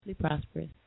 prosperous